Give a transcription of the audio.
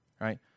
right